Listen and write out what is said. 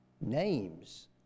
Names